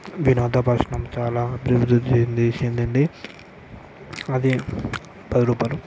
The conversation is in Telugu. వినోద పరిశ్రమ చాలా అభివృద్ధి చెందే చెందింది అది పలోబరం